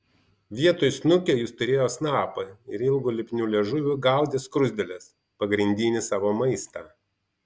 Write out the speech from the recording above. vietoj snukio jis turėjo snapą ir ilgu lipniu liežuviu gaudė skruzdėles pagrindinį savo maistą